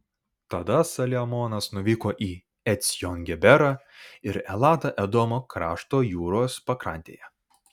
tada saliamonas nuvyko į ecjon geberą ir elatą edomo krašto jūros pakrantėje